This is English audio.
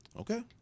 okay